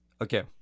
Okay